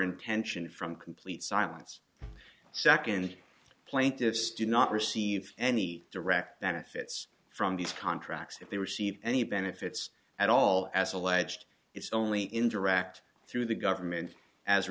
intention from complete silence second plaintiffs do not receive any direct benefits from these contracts if they receive any benefits at all as alleged is only indirect through the government as a